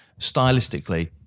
stylistically